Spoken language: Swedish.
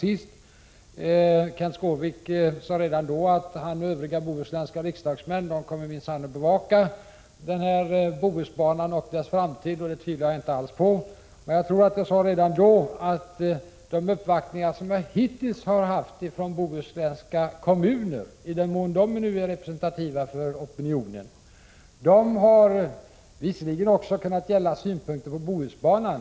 Kenth Skårvik sade redan då att han och övriga bohuslänska riksdagsmän minsann kommer att bevaka frågan om Bohusbanan och dess framtid, och det tvivlar jag inte alls på. Jag tror att jag redan då sade att de uppvaktningar från bohuslänska kommuner som jag hittills har haft — i den mån de nu är representativa för opinionen — visserligen också har kunnat gälla synpunkter på Bohusbanan.